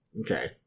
Okay